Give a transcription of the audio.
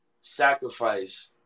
sacrifice